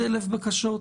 1,000 בקשות,